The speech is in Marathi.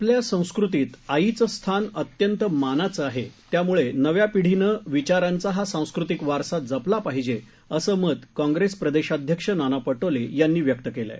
आपल्या संस्कृतीत आईचं स्थान अत्यंत मानाचं आहे त्यामुळे नव्या पिढीने विचारांचा हा सांस्कृतिक वारसा जपला पाहिजे असं मत काँग्रेस प्रदेशाध्यक्ष नानासाहेब पटोले यांनी व्यक्त केलं आहे